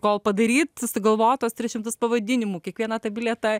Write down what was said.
kol padaryt susigalvot tuos trys šimtus pavadinimų kiekvieną tą bilietą